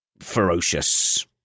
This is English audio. ferocious